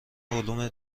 علوم